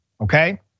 okay